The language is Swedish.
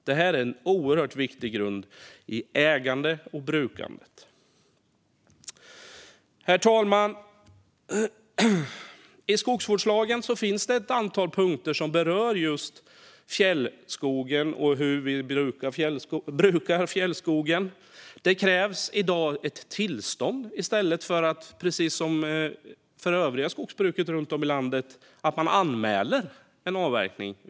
Det är en oerhört viktig grund i ägandet och brukandet. Herr talman! I skogsvårdslagen finns det ett antal punkter som berör fjällskogen och hur den brukas. Det krävs i dag ett tillstånd i stället för, som för det övriga skogsbruket runt om i landet, att man anmäler en avverkning.